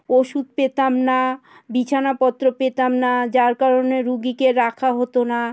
ওষুধ পেতাম না বিছানাপত্র পেতাম না যার কারণে রোগীকে রাখা হতো না